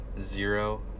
zero